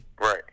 Right